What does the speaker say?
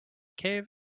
cave